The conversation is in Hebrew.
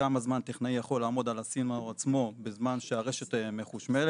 כמה זמן טכנאי יכול לעמוד על הסימנור עצמו בזמן שהרשת מחושמלת,